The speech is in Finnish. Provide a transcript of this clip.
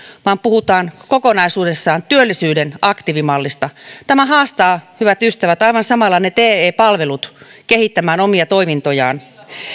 vaan puhutaan kokonaisuudessaan työllisyyden aktiivimallista tämä haastaa hyvät ystävät aivan samalla ne te palvelut kehittämään omia toimintojaan